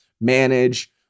manage